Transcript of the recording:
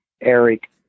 Eric